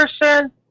person